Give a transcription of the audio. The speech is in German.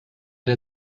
der